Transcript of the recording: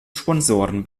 sponsoren